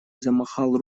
замахал